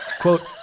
quote